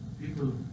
People